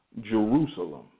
Jerusalem